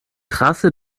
trasse